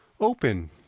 open